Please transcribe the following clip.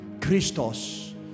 Christos